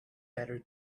better